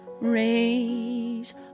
Raise